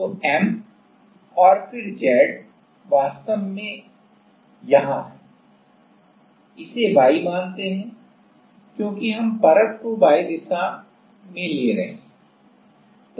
तो M और फिर Z वास्तव में यहाँ है इसे y मानते हैं क्योंकि हम परत को Y दिशा में ले रहे हैं